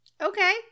Okay